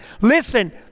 Listen